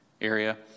area